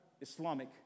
islamic